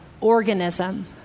organism